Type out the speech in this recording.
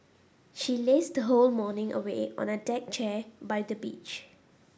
she lazed her whole morning away on a deck chair by the beach